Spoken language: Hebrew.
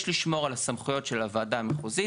לשמור על הסמכויות של הוועדה המחוזית.